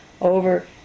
over